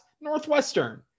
Northwestern